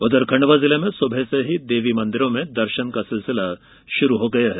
उधर खंडवा जिले में सुबह से ही देवी मंदिरों में दर्शन का सिलसिला शुरू हो गया है